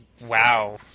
Wow